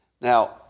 Now